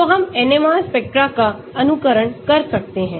तो हम NMR spectra का अनुकरण कर सकते हैं